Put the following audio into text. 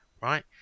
right